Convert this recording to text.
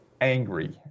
angry